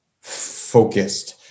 focused